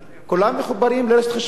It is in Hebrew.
כולם מחוברים לרשת חשמל,